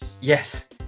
Yes